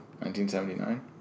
1979